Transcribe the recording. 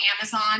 Amazon